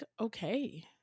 okay